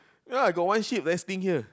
ya I got one sheep resting here